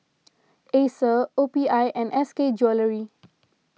Acer O P I and S K Jewellery